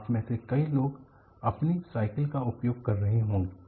आप में से कई लोग अपनी साईकिल का उपयोग कर रहे होंगे